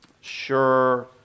sure